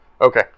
Okay